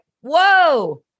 whoa